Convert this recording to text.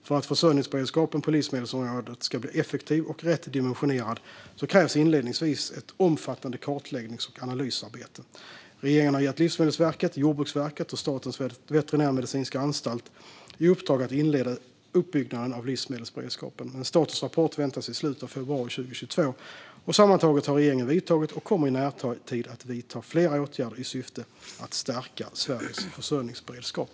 För att försörjningsberedskapen på livsmedelsområdet ska bli effektiv och rätt dimensionerad krävs inledningsvis ett omfattande kartläggnings och analysarbete. Regeringen har gett Livsmedelsverket, Jordbruksverket och Statens veterinärmedicinska anstalt i uppdrag att inleda uppbyggnaden av livsmedelsberedskapen. En statusrapport väntas i slutet av februari 2022. Sammantaget har regeringen vidtagit och kommer i närtid att vidta flera åtgärder i syfte att stärka Sveriges försörjningsberedskap.